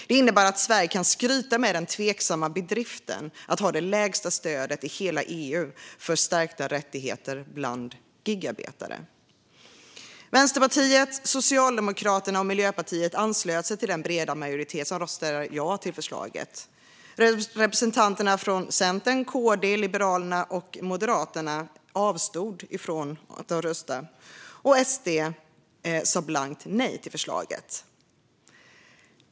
Detta innebär att Sverige kan skryta med den tveksamma bedriften att ha det lägsta stödet i hela EU för stärkta rättigheter bland gigarbetare. Vänsterpartiet, Socialdemokraterna och Miljöpartiet anslöt sig till den breda majoritet som röstade ja till förslaget. Representanterna från Centern, KD, Liberalerna och Moderaterna avstod från att rösta. SD sa blankt nej till förslaget.